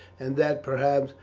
and that, perhaps,